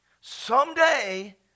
Someday